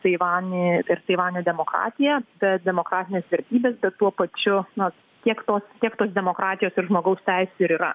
taivanį ir taivanio demokratiją tas demokratines vertybes bet tuo pačiu na tiek tos tiek tos demokratijos ir žmogaus teisių ir yra